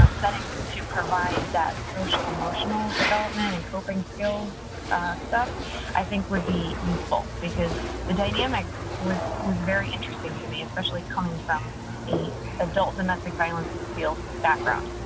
um settings to provide that social-emotional development and coping skills stuff i think would be useful. because the dynamic was was very interesting to me, especially coming from a adult domestic violence field background.